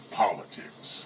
politics